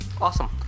Awesome